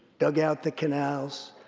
dug out the canals,